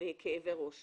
והיו לו כאבי ראש